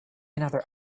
another